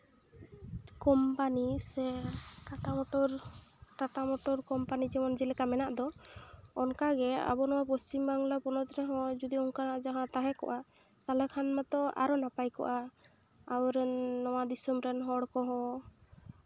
company ᱥᱮ Tata motor Tata motor company ᱡᱮᱢᱚᱱ ᱡᱮᱞᱮᱠᱟ ᱢᱮᱱᱟᱜ ᱫᱚ ᱚᱱᱠᱟᱜᱮ ᱟᱵᱚ ᱱᱚᱣᱟ ᱯᱚᱪᱷᱤᱢ ᱵᱟᱝᱞᱟ ᱯᱚᱱᱚᱛ ᱨᱮᱦᱚᱸ ᱡᱩᱫᱤ ᱚᱱᱠᱟᱱᱟᱜ ᱡᱟᱦᱟᱸ ᱛᱟᱦᱮᱸ ᱠᱚᱜᱼᱟ ᱛᱟᱦᱚᱞᱮ ᱠᱷᱟᱱ ᱢᱟᱛᱚ ᱟᱨᱚ ᱱᱟᱯᱟᱭ ᱠᱚᱜᱼᱟ ᱟᱵᱚ ᱨᱮᱱ ᱱᱚᱣᱟ ᱫᱤᱥᱚᱢ ᱨᱮᱱ ᱦᱚᱲ ᱠᱚᱦᱚᱸ